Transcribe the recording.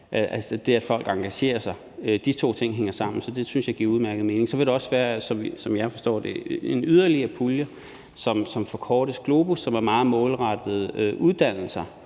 det, at folk engagerer sig, hænger sammen; de to ting hænger sammen, så det synes jeg giver udmærket mening. Så vil der også være, som jeg forstår det, en yderligere pulje, som forkortes GLOBUS, og som er meget målrettet uddannelser